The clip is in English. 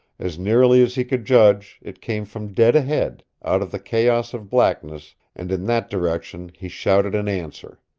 as nearly as he could judge it came from dead ahead, out of the chaos of blackness, and in that direction he shouted an answer.